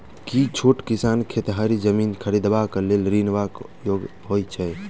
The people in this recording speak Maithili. की छोट किसान खेतिहर जमीन खरिदबाक लेल ऋणक योग्य होइ छै?